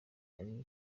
ariko